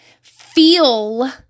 feel